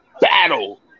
battle